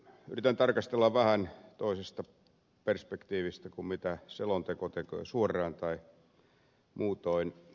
yritän tarkastella vähän toisesta perspektiivistä kuin selonteko tekee suoraan tai muutoin